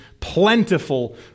plentiful